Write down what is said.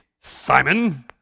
Simon